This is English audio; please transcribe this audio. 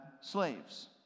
slaves